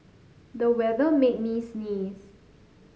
the weather made me sneeze